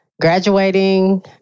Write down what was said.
Graduating